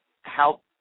help